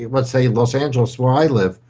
let's say, los angeles where i live,